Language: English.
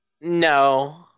No